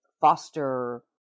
foster